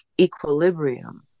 equilibrium